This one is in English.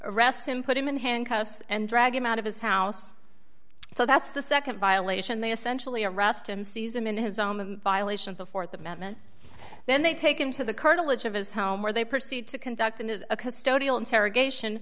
arrest him put him in handcuffs and drag him out of his house so that's the nd violation they essentially arrest him seize him in his own violation of the th amendment then they take him to the cartilage of his home where they proceed to conduct it is a custodial interrogation